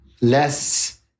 less